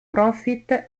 profit